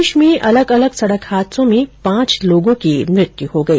प्रदेश में अलग अलग हादसों में पांच लोगों की मृत्यु हो गई